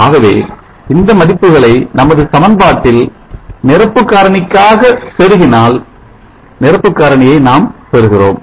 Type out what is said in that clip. ஆகவே இந்த மதிப்புகளை நமது சமன்பாட்டில் நிரப்பு காரணிக்காக செருகினால் நிரப்பு காரணியை நாம் பெறுகிறோம்